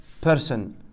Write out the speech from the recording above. person